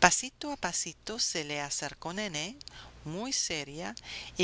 pasito a pasito se le acercó nené muy seria